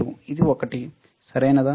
ఇది ఒకటి సరియైనదా